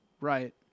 Right